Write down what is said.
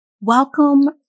Welcome